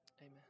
Amen